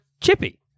chippy